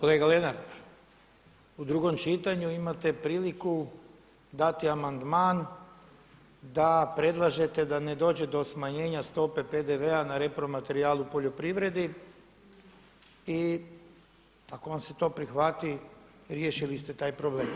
Kolega Lenart, u drugom čitanju imate priliku dati amandman da predlažete da ne dođe do smanjenja stope PDV-a na repromaterijal u poljoprivredi i ako vam se to prihvati riješili ste taj problem.